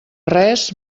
res